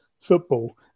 football